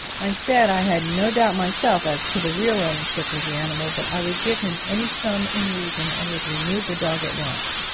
i said i had no doubt myself as to the real ownership of the animal, but i would give him any sum in reason, and would remove the dog at once.